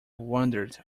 wandered